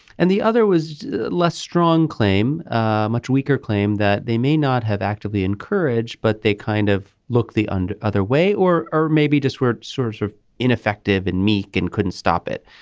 and the other was less strong claim a much weaker claim that they may not have actively encouraged but they kind of look the and other way or or maybe just where sort of ineffective and meek and couldn't stop it.